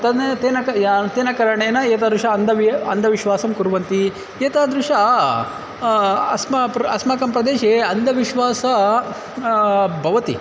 तद्ने तेन कया तेन करणेन एतादृशम् अन्दवि अन्धविश्वासं कुर्वन्ति एतादृशम् अस्मा प्र् अस्माकं प्रदेशे अन्धविश्वासः भवति